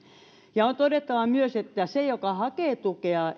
ja on todettava myös että ei se joka hakee tukea